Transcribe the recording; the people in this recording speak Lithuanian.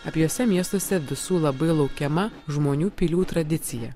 abiejuose miestuose visų labai laukiama žmonių pilių tradicija